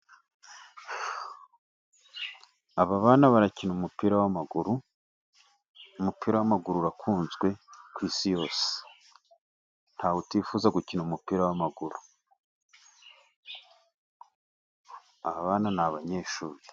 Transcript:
Aba bana barakina umupira w'amaguru, umupira w'amaguru urakunzwe Ku Isi yose, ntawe utifuza gukina umupira w'amaguru, aba bana ni abanyeshuri.